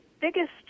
biggest